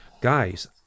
guys